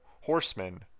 horsemen